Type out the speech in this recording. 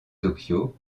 tokyo